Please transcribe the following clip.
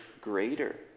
greater